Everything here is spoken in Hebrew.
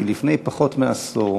כי לפני פחות מעשור